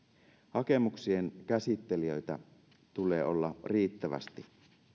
hakemuksien käsittelijöitä tulee olla riittävästi